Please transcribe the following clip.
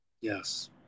Yes